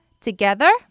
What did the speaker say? Together